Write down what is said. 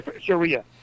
Sharia